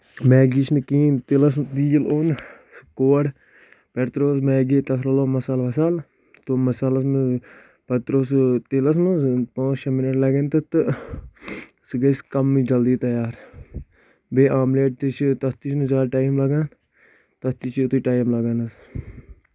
Maggi چھ نہٕ کِہِنۍ تیٖلَس تیٖل اوٚن کور پٮ۪ٹھ ترٛووُس میگی تَتھ رَلوو مَسال وَسال توٚل مَسالس منٛز پَتہٕ ترٛوو سُہ تیٖلَس منٛز پانٛژھ شیٚے مَنٹ لَگان تَتھ تہٕ سُہ گژھِ کَمے جلدی تَیار بیٚیہِ اوملیٹ تہِ چھِ تَتھ تہِ چھ نہٕ زیادٕ ٹایم لگان تَتھ تہِ چھُ یُتُے ٹایم لگان حظ